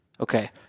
Okay